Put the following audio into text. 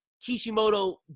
Kishimoto